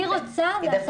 אני רוצה,